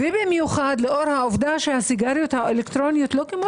במיוחד לאור העובדה שהסיגריות האלקטרוניות לא כמו